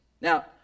Now